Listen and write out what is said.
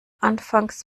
anfangs